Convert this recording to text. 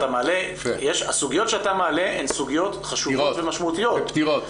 הסוגיות שאתה מעלה הן סוגיות חשובות ומשמעותיות --- ופתירות.